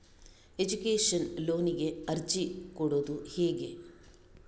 Education ಲೋನಿಗೆ ಅರ್ಜಿ ಕೊಡೂದು ಹೇಗೆ?